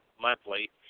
monthly